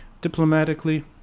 diplomatically